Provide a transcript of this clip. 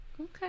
Okay